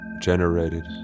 generated